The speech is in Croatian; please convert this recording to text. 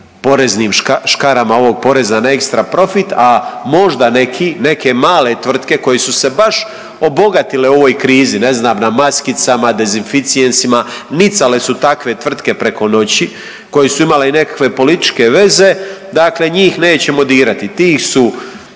poreznim škarama ovoga poreza na ekstra profit. A možda neki, neke male tvrtke koje su se baš obogatile u ovoj krizi ne znam na maskicama, na dezinficijentima nicale su takve tvrtke preko noći koje su imale i nekakve političke veze dakle njih nećemo dirati. Ti su